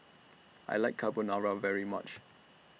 I like Carbonara very much